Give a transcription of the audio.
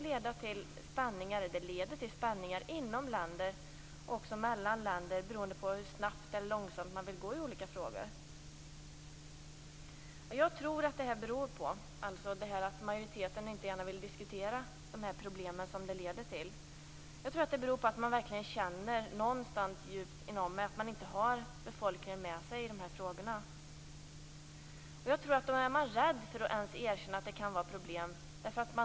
Det leder till spänningar inom landet och mellan länder beroende på hur snabbt eller långsamt de vill gå fram i olika frågor. Anledningen till att majoriteten inte vill diskutera problemen beror på att man känner att befolkningen inte är med. Då är man rädd för att erkänna att det finns problem.